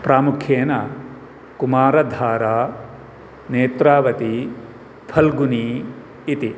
प्रामुख्येन कुमारधारा नेत्रावती फल्गुनी इति